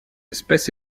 espèce